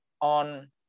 on